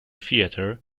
theater